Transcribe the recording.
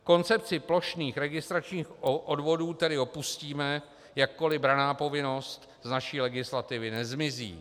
Koncepci plošných registračních odvodů tedy opustíme, jakkoli branná povinnost z naší legislativy nezmizí.